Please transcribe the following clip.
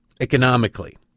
economically